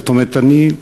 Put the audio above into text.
אני,